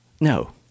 No